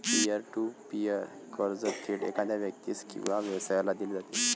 pier to peer कर्ज थेट एखाद्या व्यक्तीस किंवा व्यवसायाला दिले जाते